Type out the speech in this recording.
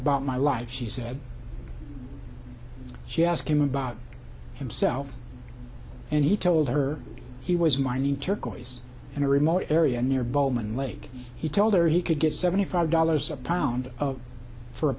about my life she said she asked him about himself and he told her he was mining turquoise in a remote area near bowman lake he told her he could get seventy five dollars a pound of for a